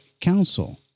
Council